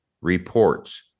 reports